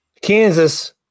Kansas